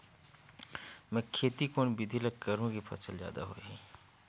मै खेती कोन बिधी ल करहु कि फसल जादा होही